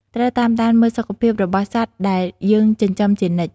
ត្រូវតាមដានមើលសុខភាពរបស់សត្វដែលយើងចិញ្ចឹមជានិច្ច។